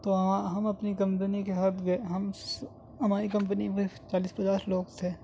تو وہاں ہم اپنی کمپنی کے ساتھ گئے ہم ہماری کمپنی میں سے چالیس پچاس لوگ تھے